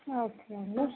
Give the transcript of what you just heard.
ఆ ఓకే అండి